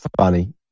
funny